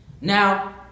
Now